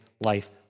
life